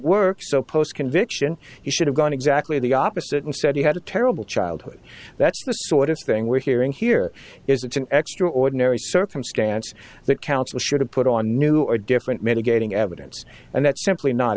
work so post conviction he should have done exactly the opposite instead he had a terrible childhood that's the sort of thing we're hearing here is it's an extraordinary circumstance that council should have put on new or different mitigating evidence and that's simply not